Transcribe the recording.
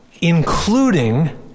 including